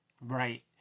Right